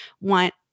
want